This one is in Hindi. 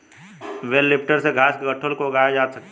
बेल लिफ्टर से घास के गट्ठल को उठाया जा सकता है